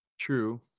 True